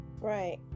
right